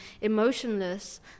emotionless